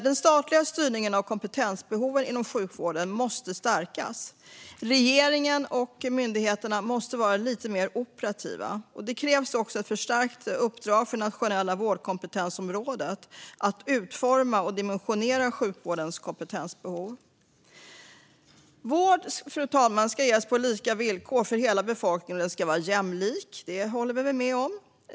Den statliga styrningen av kompetensbehoven inom sjukvården måste stärkas. Regeringen och myndigheterna måste vara lite mer operativa. Det krävs också ett förstärkt uppdrag för det nationella vårdkompetensområdet att utforma och dimensionera sjukvårdens kompetensbehov. Vård, fru talman, ska ges på lika villkor för hela befolkningen. Den ska vara jämlik - det håller vi väl med om.